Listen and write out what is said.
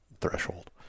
threshold